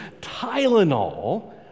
Tylenol